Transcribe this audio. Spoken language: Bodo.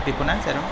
बेखौना सार